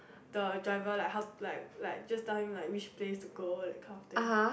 the driver like how like like just time like which place to go that kind of thing